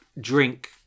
drink